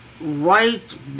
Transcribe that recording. right